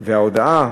וההודעה,